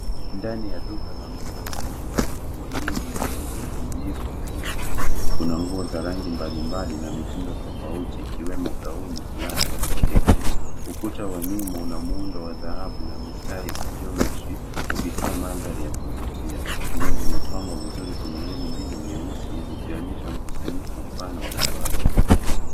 Ndani ya duka la nguo likiwa na nguo nyingi zilizoning'inizwa kwenye reli. Kuna nguo za rangi mbalimbali na mitindo tofauti ikiwemo gauni, fulana na sketi. Ukuta wa nyuma una muundo wa dhahabau na mistari ya kigeometry ukitoa mandhari ya kuvutia. Nguo zimepangwa vizuri kwenye reli mbili nyeusi zikionyesha mkusanyiko mpana wa mavazi.